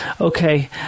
Okay